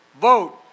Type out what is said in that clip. Vote